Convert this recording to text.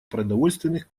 продовольственных